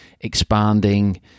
Expanding